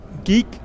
Geek